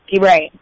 Right